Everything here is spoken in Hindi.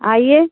आइए